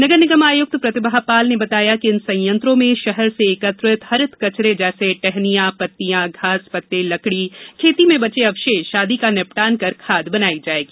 नगर निगम आयुक्त प्रतिभा पाल ने बताया कि इन संयंत्रों में षहर से एकत्र हरित कचरे जैसे टहनियां पत्तियां घास पत्ते लकडी खेती में बचे अवषेष आदि का निपटान कर खाद बनायी जाएगी